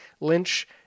Lynch